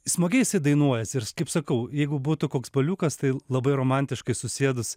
smagiai jisai dainuojasi ir kaip sakau jeigu būtų koks paliukas tai labai romantiškai susėdus